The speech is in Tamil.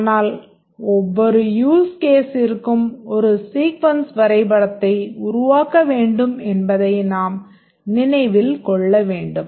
ஆனால் ஒவ்வொரு யூஸ் கேஸ்ஸிற்கும் ஒரு சீக்வென்ஸ் வரைபடத்தை உருவாக்க வேண்டும் என்பதை நாம் நினைவில் கொள்ள வேண்டும்